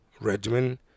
regimen